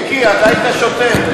מיקי, אתה היית שוטר,